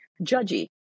judgy